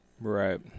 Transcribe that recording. Right